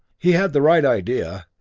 he had the right idea.